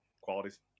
qualities